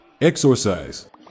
Exorcise